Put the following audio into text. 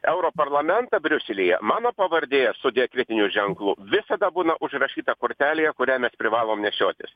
europarlamentą briuselyje mano pavardė su diakritiniu ženklu visada būna užrašyta kortelėje kurią mes privalom nešiotis